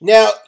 Now